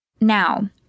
Now